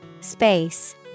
Space